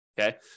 okay